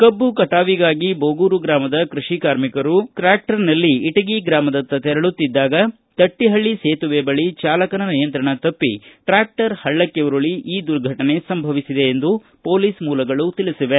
ಕಬ್ಬು ಕಟಾವಿಗಾಗಿ ಬೋಗೂರು ಗ್ರಾಮದ ಕೃಷಿ ಕಾರ್ಮಿಕರು ಟ್ರಾಕ್ಷರ್ನಲ್ಲಿ ಇಟಗಿ ಗ್ರಾಮದತ್ತ ತೆರಳುತ್ತಿದ್ದಾಗ ತಟ್ಟಹಳ್ಳ ಸೇತುವೆ ಬಳಿ ಚಾಲಕನ ನಿಯಂತ್ರಣ ತಪ್ಪಿ ಹಳ್ಳಕ್ಕೆ ಉರುಳಿ ಈ ದುರ್ಘಟನೆ ಸಂಭವಿಸಿದೆ ಎಂದು ಪೊಲೀಸ್ ಮೂಲಗಳು ತಿಳಿಸಿವೆ